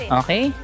okay